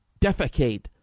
defecate